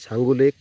Changu लेक